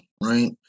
right